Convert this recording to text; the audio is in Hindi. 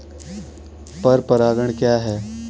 पर परागण क्या है?